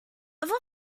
over